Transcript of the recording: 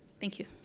thank you.